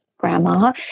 grandma